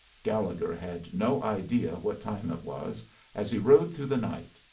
gallegher had no idea what time it was as he rode through the night,